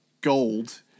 gold